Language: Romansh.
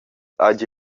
hagi